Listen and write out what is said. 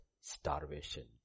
starvation